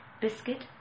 biscuit